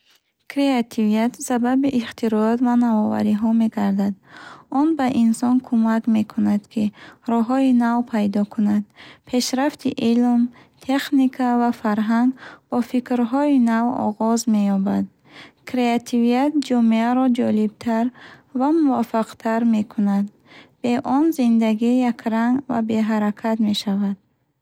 Креативият сабаби ихтироот ва навовариҳо мегардад. Он ба инсон кӯмак мекунад, ки роҳҳои нав пайдо кунад. Пешрафти илм, техника ва фарҳанг бо фикрҳои нав оғоз меёбад. Креативият ҷомеаро ҷолибтар ва муваффақтар мекунад. Бе он зиндагӣ якранг ва беҳаракат мешавад.